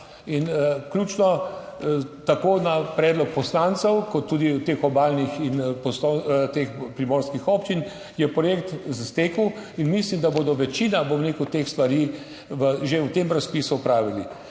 Ključno, tako na predlog poslancev kot tudi teh obalnih in teh primorskih občin je projekt stekel in mislim, da bodo večina, bom rekel, teh stvari že v tem razpisu opravili.